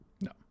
No